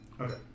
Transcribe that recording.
Okay